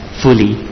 fully